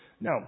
Now